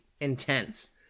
intense